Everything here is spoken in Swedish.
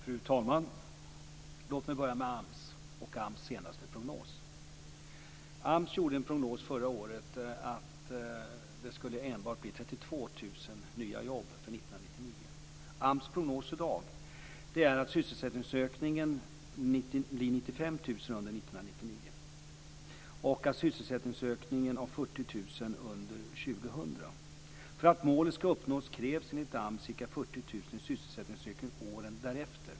Fru talman! Låt mig börja med AMS och AMS senaste prognos. AMS gjorde förra året prognosen att det skulle bli enbart 32 000 nya jobb år 1999. AMS prognos i dag är att sysselsättningsökningen blir 95 000 under år 1999 och 40 000 år 2000. För att målet skall uppnås krävs enligt AMS en sysselsättningsökning på ca 40 000 åren därefter.